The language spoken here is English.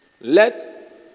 Let